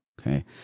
okay